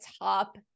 top